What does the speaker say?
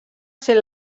ser